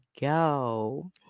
go